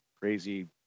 crazy